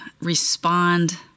respond